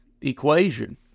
equation